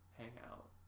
hangout